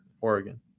Oregon